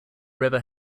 river